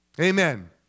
Amen